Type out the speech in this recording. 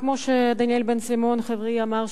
כמו שדניאל בן-סימון חברי אמר,